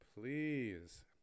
please